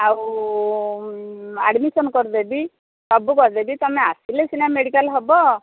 ଆଉ ଆଡ୍ମିସନ୍ କରିଦେବି ସବୁ କରିଦେବି ତୁମେ ଆସିଲେ ସିନା ମେଡିକାଲ୍ ହେବ